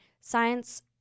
science